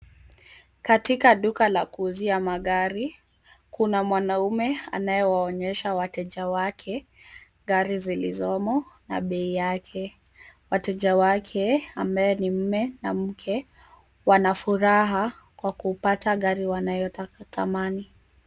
Katika duka la kuuzia magari, kuna mwanamume anayewaonyesha wateja wake gari zilizomo na bei yake. Wateja wake ambaye ni mume na mke wanafuraha kwa kupata gari wanayotamani.